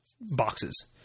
boxes